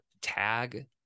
tag